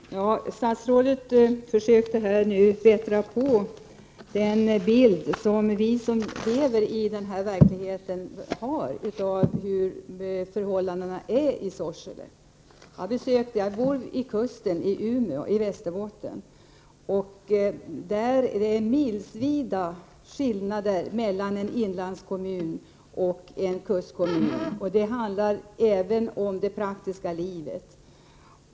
Fru talman! Statsrådet försökte nu bättra på bilden av förhållandena för oss som lever i Sorsele. Jag bor vid kusten, i Umeå, i Västerbotten. Och det är milsvida skillnader mellan en inlandskommun och en kustkommun även i det praktiska livet.